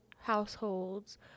households